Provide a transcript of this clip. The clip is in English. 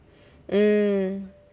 mm